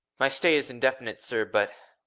my stay is indefinite, sir. but,